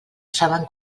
saben